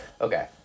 Okay